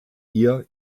ihr